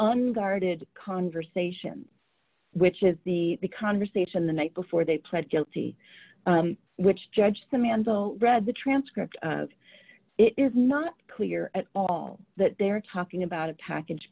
un guarded conversation which is the conversation the night before they pled guilty which judge the mandal read the transcript of it is not clear at all that they're talking about a package